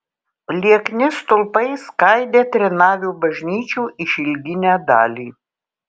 liekni stulpai skaidė trinavių bažnyčių išilginę dalį